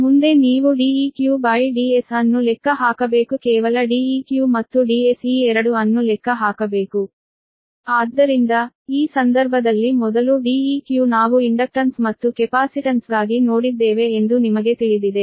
ಮುಂದೆ ನೀವು DeqDs ಅನ್ನು ಲೆಕ್ಕ ಹಾಕಬೇಕು ಕೇವಲ Deq ಮತ್ತು Ds ಈ 2 ಅನ್ನು ಲೆಕ್ಕ ಹಾಕಬೇಕು ಆದ್ದರಿಂದ ಈ ಸಂದರ್ಭದಲ್ಲಿ ಮೊದಲು Deq ನಾವು ಇಂಡಕ್ಟನ್ಸ್ ಮತ್ತು ಕೆಪಾಸಿಟನ್ಸ್ಗಾಗಿ ನೋಡಿದ್ದೇವೆ ಎಂದು ನಿಮಗೆ ತಿಳಿದಿದೆ